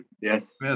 yes